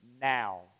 now